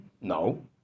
No